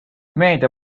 meedia